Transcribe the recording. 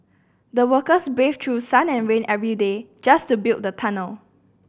the workers braved through sun and rain every day just to build the tunnel